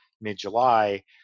mid-July